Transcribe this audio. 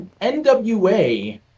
NWA